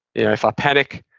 if i panic,